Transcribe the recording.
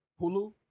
hulu